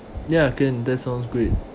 ya can that sounds great